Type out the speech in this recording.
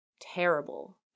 terrible